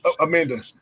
Amanda